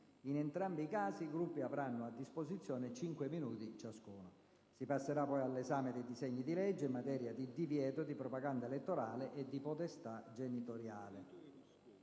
In entrambi i casi, i Gruppi avranno a disposizione cinque minuti ciascuno. Si passerà poi all'esame dei disegni di legge in materia di divieto di propaganda elettorale e di potestà genitoriale.